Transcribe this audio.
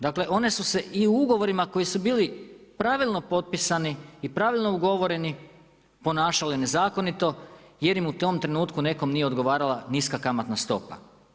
Dakle one su se i u ugovorima koji su bili pravilno potpisani i pravilno ugovoreni ponašale nezakonito jer im u tom trenutku nekom nije odgovarala niska kamatna stopa.